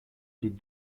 les